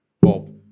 Bob